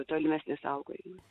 tolimesnį saugojimą